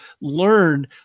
learn